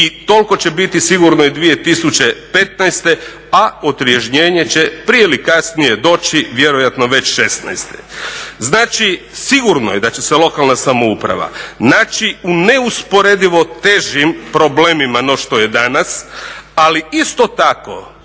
I toliko će biti sigurni i 2015., a otrežnjenje će prije ili kasnije doći vjerojatno već '16. Znači, sigurno je da će se lokalna samouprava naći u neusporedivo težim problemima no što je danas, ali isto tako